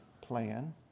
plan